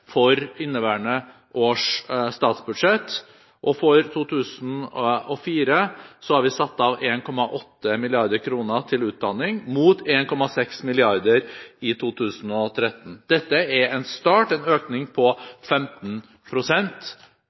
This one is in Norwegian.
inneværende års statsbudsjett. For 2014 har vi satt av 1,8 mrd. kr til utdanning, mot 1,6 mrd. kr i 2013. Dette er en økning på